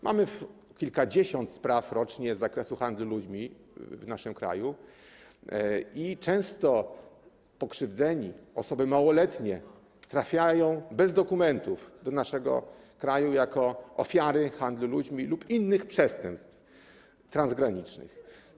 Mamy kilkadziesiąt spraw rocznie z zakresu handlu ludźmi i często pokrzywdzeni, osoby małoletnie, trafiają bez dokumentów do naszego kraju jako ofiary handlu ludźmi lub innych przestępstw transgranicznych.